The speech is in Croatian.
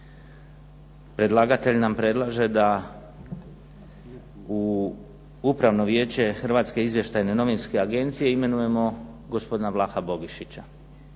Predlagatelj nam predlaže da u Upravno vijeće Hrvatske izvještajne novinske agencije imenujemo gospodina Vlaha Bogišića